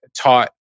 taught